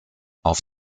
auf